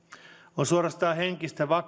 on suorastaan henkistä